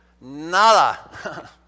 nada